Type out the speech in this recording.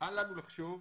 אל לנו לחשוב,